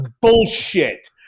Bullshit